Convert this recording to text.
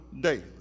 daily